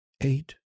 eight